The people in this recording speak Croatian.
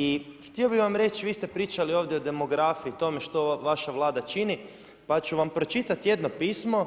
I htio bi vam reći, vi ste pričali ovdje o demografiji, o tome što ova vaša Vlada čini pa ću vam pročitati jedno pismo,